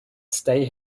stay